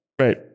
right